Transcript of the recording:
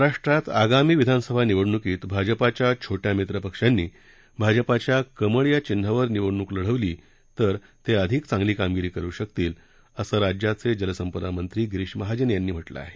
महाराष्ट्रात आगामी विधानसभा निवडणुकीत भाजपाच्या छोट्या मित्रपक्षांनी भाजपाच्या कमळ या चिन्हावर निवडणूक लढवली तर ते अधिक चांगली कामगिरी करु शकतील असं राज्याचे जलसंपदा मंत्री गिरीश महाजन यांनी म्हटलं आहे